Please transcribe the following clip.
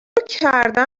کردن